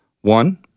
One